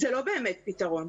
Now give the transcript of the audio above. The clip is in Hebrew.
זה לא באמת פתרון.